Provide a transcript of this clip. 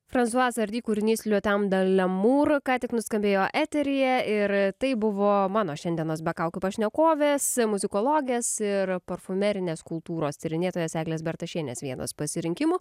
francoise hardy kūrinys le temps del amour ką tik nuskambėjo eteryje ir tai buvo mano šiandienos be kaukių pašnekovės muzikologės ir parfumerinės kultūros tyrinėtojos eglės bertašienės vienas pasirinkimų